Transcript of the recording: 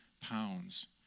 pounds